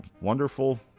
wonderful